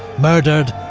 murdered,